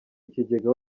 ikigega